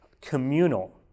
communal